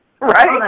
Right